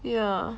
ya